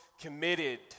committed